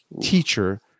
teacher